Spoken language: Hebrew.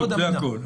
זה הכול?